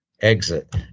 exit